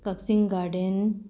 Kakching garden